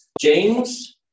James